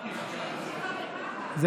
זה